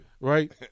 Right